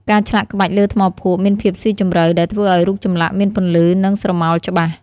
ការឆ្លាក់ក្បាច់លើថ្មភក់មានភាពស៊ីជម្រៅ ដែលធ្វើឱ្យរូបចម្លាក់មានពន្លឺ និងស្រមោលច្បាស់។